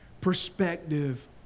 perspective